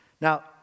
Now